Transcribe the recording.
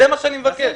זה מה שאני מבקש.